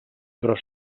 però